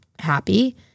happy